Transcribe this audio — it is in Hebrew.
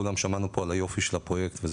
כולם שמענו פה על היופי של הפרויקט וזה